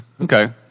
Okay